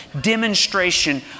demonstration